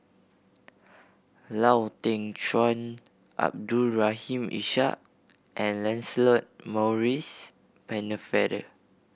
Lau Teng Chuan Abdul Rahim Ishak and Lancelot Maurice Pennefather